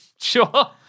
Sure